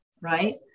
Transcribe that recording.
right